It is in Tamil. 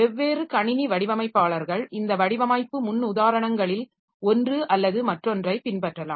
வெவ்வேறு கணினி வடிவமைப்பாளர்கள் இந்த வடிவமைப்பு முன்னுதாரணங்களில் ஒன்று அல்லது மற்றொன்றை பின்பற்றலாம்